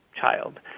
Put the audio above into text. child